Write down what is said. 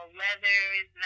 leathers